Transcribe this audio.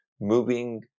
moving